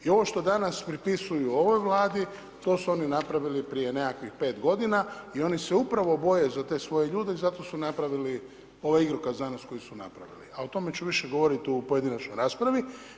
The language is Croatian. I ovo što danas pripisuju ovoj Vladi, to su oni napravili prije nekakvih 5 g. i oni se upravo boje za te svoje ljude i zato su napravili ovaj igrokaz danas koji su napravili a o tome ću više govoriti u pojedinačnoj raspravi.